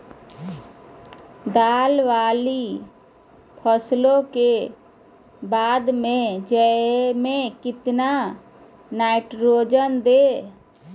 दाल वाली फसलों के बाद में जौ में कितनी नाइट्रोजन दें?